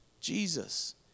Jesus